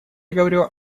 говорю